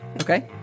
Okay